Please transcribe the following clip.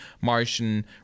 Martian